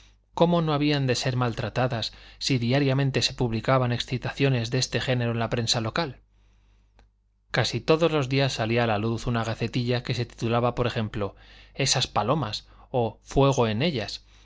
cómo no habían de ser maltratadas si diariamente se publicaban excitaciones de este género en la prensa local casi todos los días salía a luz una gacetilla que se titulaba por ejemplo esas palomas o fuego en ellas